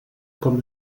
com